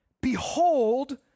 Behold